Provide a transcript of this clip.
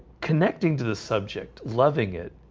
connecting to the subject loving it.